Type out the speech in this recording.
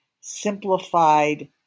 simplified